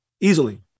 easily